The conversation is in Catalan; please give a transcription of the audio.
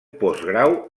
postgrau